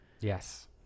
Yes